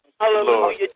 Hallelujah